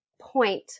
point